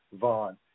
Vaughn